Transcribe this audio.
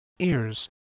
ears